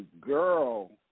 girl